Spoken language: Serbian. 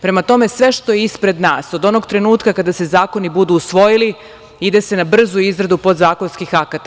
Prema tome, sve što je ispred nas, od onog trenutka kada se zakoni budu usvojili, ide se na brzu izradu podzakonskih akata.